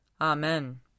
Amen